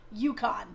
UConn